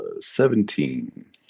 seventeen